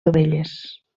dovelles